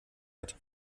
hat